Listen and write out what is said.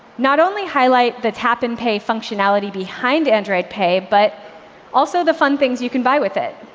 not only highlight the tap and pay functionality behind android pay, but also the fun things you can buy with it.